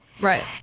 Right